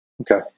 Okay